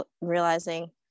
realizing